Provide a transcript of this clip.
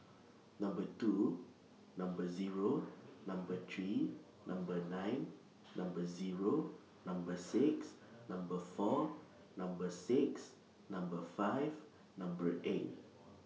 Number two Number Zero Number three Number nine Number Zero Number six Number four Number six Number five Number eight